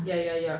ya ya ya